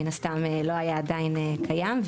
מן הסתם לא היה עדיין קיים,